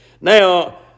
Now